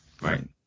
Right